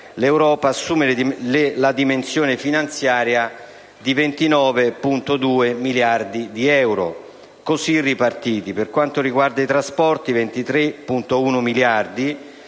l'Europa, assume la dimensione finanziaria di 29,2 miliardi di euro. Tale somma è così ripartita: per quanto riguarda i trasporti 23,1 miliardi